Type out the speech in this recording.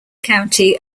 county